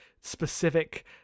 specific